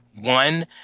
one